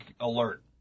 alert